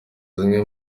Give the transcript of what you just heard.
zimwe